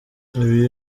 ibi